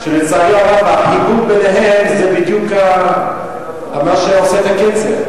ולצערי הרב החיבור ביניהם זה בדיוק מה שעושה את הקצר,